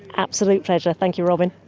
absolute pleasure, thank you robyn.